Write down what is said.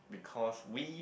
because we